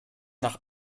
nach